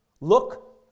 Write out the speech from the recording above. Look